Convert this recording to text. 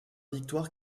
victoire